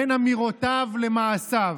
בין אמירותיו למעשיו.